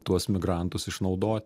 tuos migrantus išnaudot